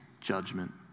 judgment